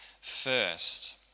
first